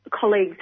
colleagues